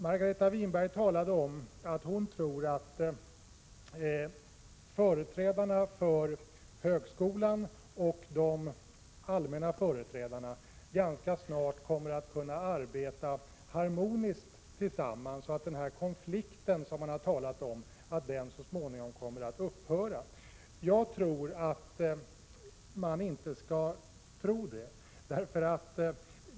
Margareta Winberg sade att hon tror att företrädarna för högskolan och allmänföreträdarna ganska snart kommer att kunna arbeta harmoniskt tillsammans, och att den konflikt som det har talats om så småningom kommer att upphöra. Jag anser att man inte skall tro det.